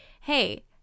hey